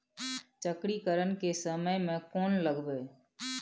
चक्रीकरन के समय में कोन लगबै?